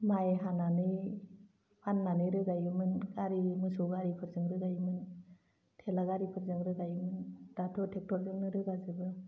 माइ हानानै फाननानै रोगायोमोन मोसौ गारिफोरजों रोगायोमोन थेला गारिफोरजों रोगायोमोन दाथ' टेक्टरजोंनि रोगाजोबो